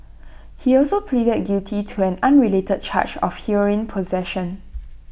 he also pleaded guilty to an unrelated charge of heroin possession